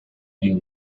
doo